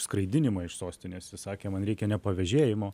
skraidinimą iš sostinės jis sakė man reikia ne pavėžėjimo